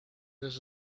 this